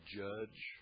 judge